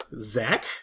Zach